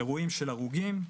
אירועים של הרוגים,